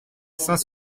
cinq